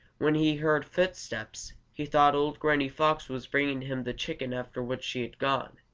when he heard footsteps, he thought old granny fox was bringing him the chicken after which she had gone.